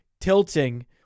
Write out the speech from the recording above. tilting